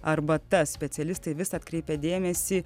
arbatas specialistai vis atkreipia dėmesį